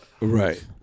Right